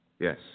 Yes